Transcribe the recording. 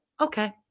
okay